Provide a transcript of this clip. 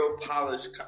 polished